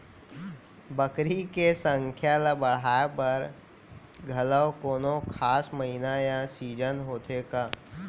बकरी के संख्या ला बढ़ाए बर घलव कोनो खास महीना या सीजन होथे का?